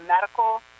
medical